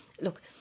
Look